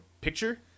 picture